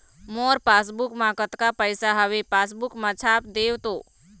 मोर passbook मा कतका पैसा हवे पासबुक मा छाप देव तो?